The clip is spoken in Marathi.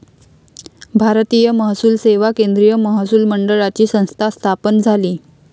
भारतीय महसूल सेवा केंद्रीय महसूल मंडळाची संस्था स्थापन झाली